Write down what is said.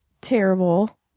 terrible